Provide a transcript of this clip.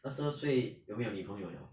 二十二岁有没有女朋友 liao